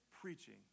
preaching